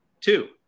two